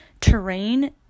terrain